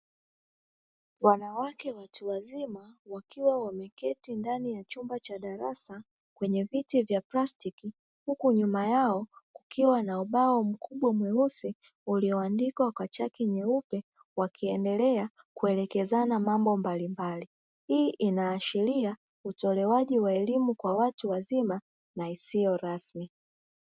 Wanawake watu wazima wakiwa wameketi ndani ya chumba cha darasa kwenye viti vya plastiki, huku nyuma yao kukiwa na ubao mkubwa mweusi ulioandikwa kwa chaki nyeupe, huku wakiendelea kuelekezana mambo mbalimbali. Hii inaashiria utowaji wa elimu kwa watu wazima na isiyo rasmi.